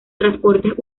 transportes